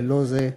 ללא זה,